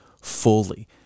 fully